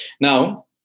Now